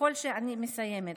אני מסיימת.